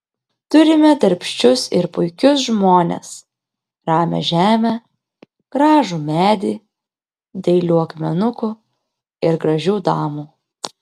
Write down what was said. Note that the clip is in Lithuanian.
turime darbščius ir puikius žmones ramią žemę gražų medį dailių akmenukų ir gražių damų